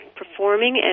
performing